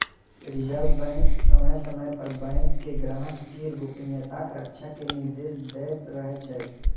reserve bank समय समय पर बैंक कें ग्राहक केर गोपनीयताक रक्षा के निर्देश दैत रहै छै